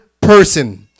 person